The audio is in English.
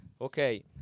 Okay